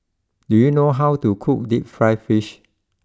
do you know how to cook deep Fried Fish